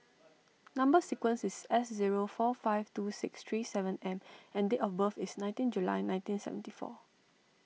Number Sequence is S zero four five two six three seven M and date of birth is nineteen July nineteen seventy four